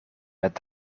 met